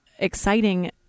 exciting